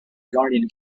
guardian